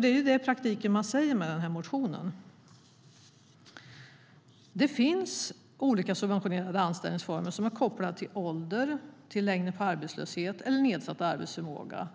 Det är ju i praktiken detta man säger med motionen. Det finns olika subventionerade anställningsformer som är kopplade till ålder, längden på arbetslösheten eller nedsatt arbetsförmåga.